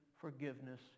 forgiveness